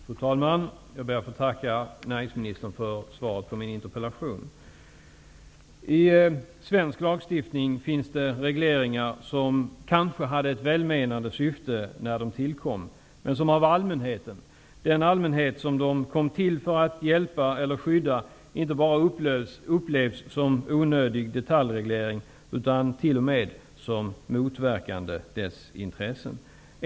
Fru talman! Jag ber att få tacka näringsministern för svaret på min interpellation. I svensk lagstiftning finns det regleringar som kanske hade ett välmenande syfte när de tillkom, men som av allmänheten -- den allmänhet som de kom till för att hjälpa eller skydda -- inte bara upplevs som onödig detaljreglering utan t.o.m. som motverkande dess intressen.